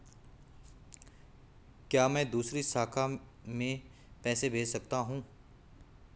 क्या मैं दूसरी शाखा में पैसे भेज सकता हूँ?